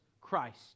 Christ